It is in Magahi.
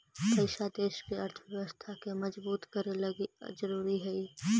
पैसा देश के अर्थव्यवस्था के मजबूत करे लगी ज़रूरी हई